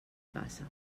passa